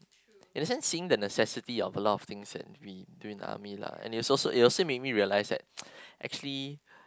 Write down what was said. in a sense seeing the necessity of a lot of things that we do in army lah and is also it'll still make me realize that actually